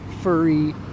furry